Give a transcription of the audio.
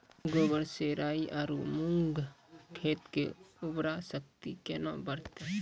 गोबर से राई आरु मूंग खेत के उर्वरा शक्ति केना बढते?